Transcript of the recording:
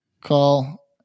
Call